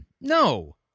No